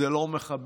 זה לא מכבד,